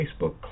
Facebook